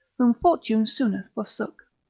whom fortune sooner forsook.